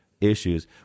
issues